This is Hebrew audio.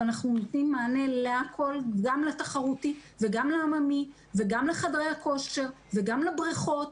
אנחנו נותנים מענה גם לתחרותי וגם לעממי וגם לחדרי הכושר וגם לבריכות.